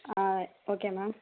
okay ma'am